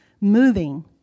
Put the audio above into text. moving